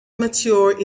mature